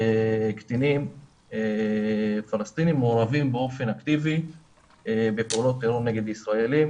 קטינים פלסטינים מעורבים באופן אקטיבי בפעולות טרור נגד ישראלים,